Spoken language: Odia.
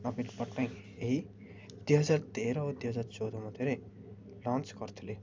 ନବୀନ ପଟ୍ଟନାୟକ ଏହି ଦୁଇ ହଜାର ତେର ଓ ଦୁଇ ହଜାର ଚଉଦ ମଧ୍ୟତେରେ ଲଞ୍ଚ୍ କରିଥିଲେ